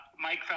Mike